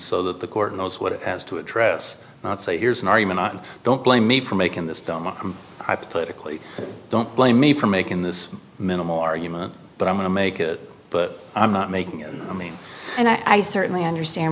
so that the court knows what it has to address not say here's an argument on don't blame me for making this dhamaka hypothetically don't blame me for making this minimal argument but i'm going to make it but i'm not making it i mean and i certainly understand